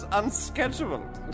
unscheduled